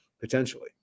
Potentially